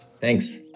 Thanks